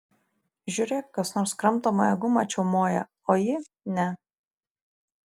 žiūrėk kas nors kramtomąją gumą čiaumoja o ji ne